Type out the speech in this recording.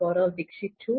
ગૌરવ દીક્ષિત છું